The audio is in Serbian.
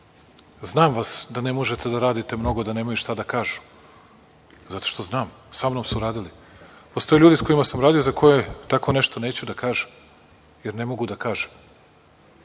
„znam vas, da ne možete da radite mnogo“, da nemaju šta da kažu. Zato što znam, sa mnom su radili. Postoje ljudi sa kojima sam radio za koje tako nešto neću da kažem, jer ne mogu da kažem.